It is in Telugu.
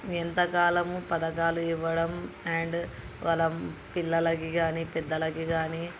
ఎంతకాలం పథకాలు ఇవ్వడం అండ్ వాళ్ళ పిల్లలకు కానీ పెద్దలకు కానీ